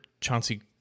Chauncey